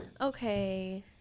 Okay